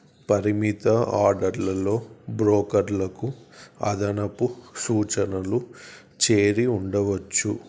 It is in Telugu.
పరిమిత ఆర్డర్లలో బ్రోకర్లకు అదనపు సూచనలు చేరి ఉండవచ్చు